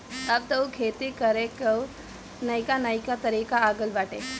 अब तअ खेती करे कअ नईका नईका तरीका आ गइल बाटे